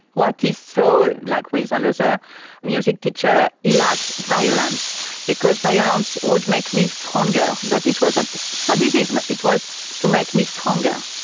what is so, like with and another, a music teacher, he liked violence because violence would make me stronger, and but it wasn't sadism, it was to make me stronger.